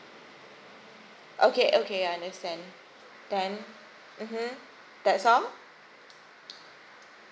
okay okay I understand then mmhmm that's all